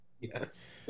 Yes